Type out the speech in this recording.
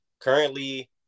currently